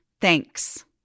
Thanks